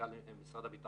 שמנכ"ל משרד הביטחון,